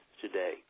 today